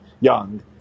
young